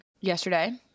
yesterday